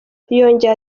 yongeye